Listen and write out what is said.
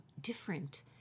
different